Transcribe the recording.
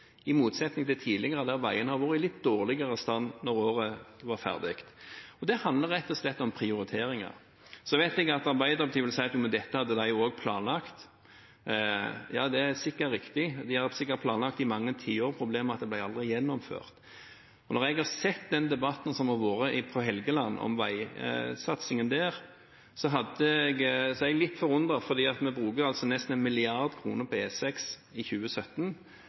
i motsetning til tidligere, da veiene var i litt dårligere stand da året var slutt. Det handler rett og slett om prioritering. Jeg vet at Arbeiderpartiet vil si at dette hadde de også planlagt. Ja, det er sikkert riktig. De hadde sikkert planlagt det i mange tiår. Problemet var at det aldri ble gjennomført. Etter å ha fulgt debatten som har vært på Helgeland, om veisatsingen der, er jeg litt forundret, for vi bruker nesten 1 mrd. kr på E6 i 2017,